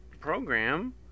program